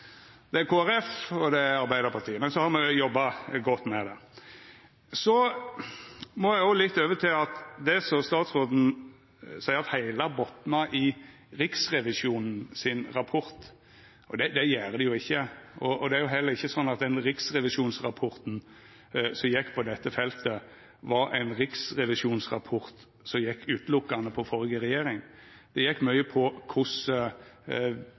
det er ikkje det. Det er Kristeleg Folkeparti, og det er Arbeidarpartiet – men så har me jobba godt med det. Så må eg over på det som statsråden seier, at det heile botnar i Riksrevisjonens rapport. Det gjer det jo ikkje, og det er heller ikkje slik at den riksrevisjonsrapporten som gjekk på dette feltet, var ein riksrevisjonsrapport som berre gjekk på førre regjering. Det gjekk mykje på